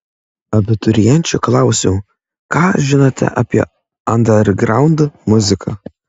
abiturienčių klausiau ką žinote apie andergraund muziką